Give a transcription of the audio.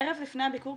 ערב לפני הביקור,